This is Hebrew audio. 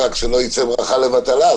רק שלא תצא ברכה לבטלה,